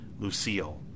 Lucille